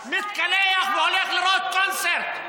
מתקלח והולך לראות קונצרט,